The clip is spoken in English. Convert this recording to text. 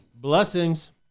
Blessings